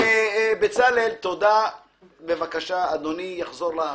אוקיי בצלאל, בבקשה, אדוני יחזור לחניון.